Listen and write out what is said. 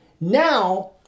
now